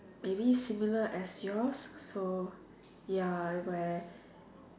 maybe similar as yours so ya where